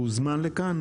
הוא הוזמן לכאן?